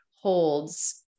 holds